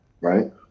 right